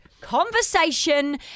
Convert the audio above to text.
conversation